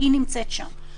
-- היא נמצאת שם.